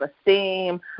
esteem